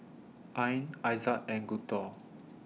Ain Aizat and Guntur